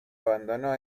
abandonó